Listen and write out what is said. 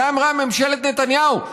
את זה אמרה ממשלת נתניהו.